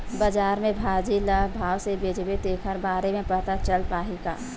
बजार में भाजी ल का भाव से बेचबो तेखर बारे में पता चल पाही का?